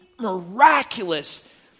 miraculous